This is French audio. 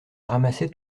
ramassaient